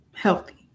healthy